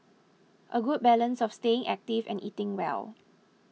a good balance of staying active and eating well